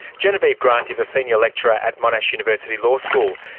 genevieve grant is a senior lecturer at monash university law school.